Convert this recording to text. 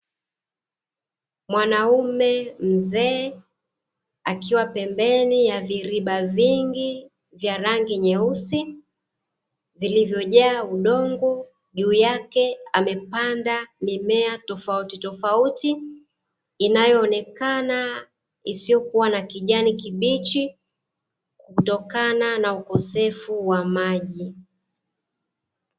Mwanaume mzee akiwa pembeni ya viriba vingi vya rangi nyeusi vilivyojaa udongo, juu yake amepanda mimea tofauti tofauti inayoonekana isiyokuwa na kijani kibichi kutokana na ukosefu wa maji.